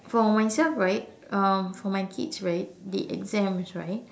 for myself right um for my kids right the exams right